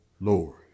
Lord